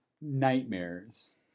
nightmares